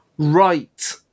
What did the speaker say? Right